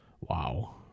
Wow